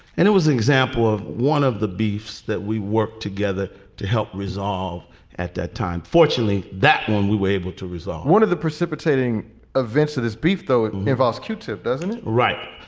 and it was an example of one of the beefs that we worked together to help resolve at that time, fortunately, that when we were able to resolve one of the precipitating events of this brief, though, it involves q-tip, doesn't it? right.